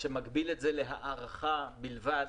שמגביל את זה להארכה בלבד,